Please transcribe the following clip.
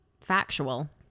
factual